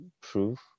proof